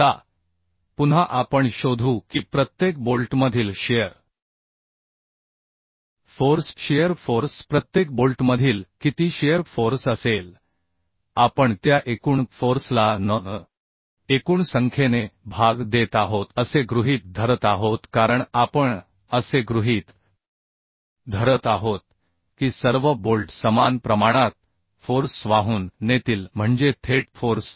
आता पुन्हा आपण शोधू की प्रत्येक बोल्टमधील शिअर फोर्स शिअर फोर्स प्रत्येक बोल्टमधील किती शिअर फोर्स असेल आपण त्या एकूण फोर्सला n एकूण संख्येने भाग देत आहोत असे गृहीत धरत आहोत कारण आपण असे गृहीत धरत आहोत की सर्व बोल्ट समान प्रमाणात फोर्स वाहून नेतील म्हणजे थेट फोर्स